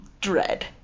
dread